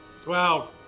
Twelve